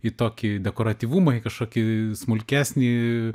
į tokį dekoratyvumą į kažkokį smulkesnį